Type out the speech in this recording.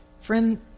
Friend